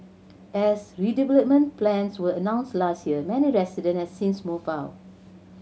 as redevelopment plans were announced last year many residents have since moved out